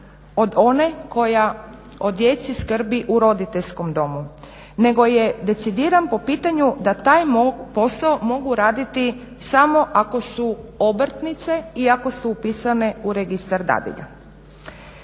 od one koja o djeci skrbi u roditeljskom domu nego je decidiran po pitanju da taj posao mogu raditi samo ako su obrtnice i ako su upisane u Registar dadilja.